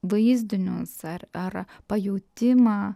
vaizdinius ar ar pajautimą